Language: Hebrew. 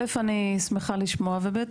א' אני שמחה לשמוע ו-ב',